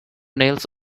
nails